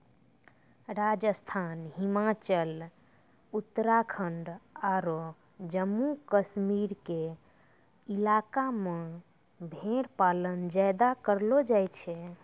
राजस्थान, हिमाचल, उत्तराखंड आरो जम्मू कश्मीर के इलाका मॅ भेड़ पालन ज्यादा करलो जाय छै